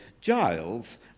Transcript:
Giles